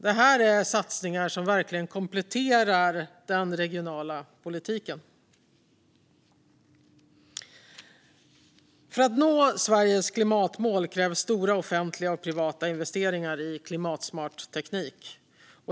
Detta är satsningar som verkligen kompletterar den regionala politiken. För att nå Sveriges klimatmål krävs stora offentliga och privata investeringar i klimatsmart teknik.